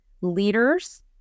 leaders